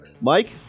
Mike